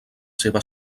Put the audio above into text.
seva